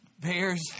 bears